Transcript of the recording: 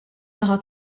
naħa